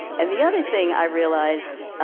and the other thing i realized,